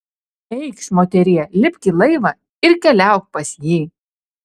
eikš moterie lipk į laivą ir keliauk pas jį